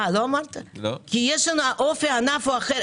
אופי הענף אחר.